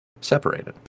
Separated